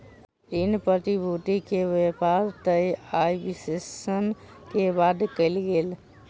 ऋण प्रतिभूति के व्यापार तय आय विश्लेषण के बाद कयल गेल